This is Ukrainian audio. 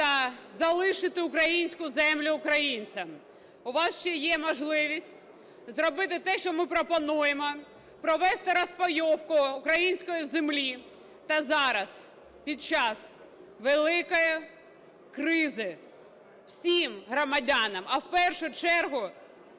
та залишити українську землю українцям. У вас ще є можливість зробити те, що ми пропонуємо, провести розпайовку української землі та зараз під час великої кризи всім громадянам, а в першу чергу